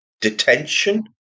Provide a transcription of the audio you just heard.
detention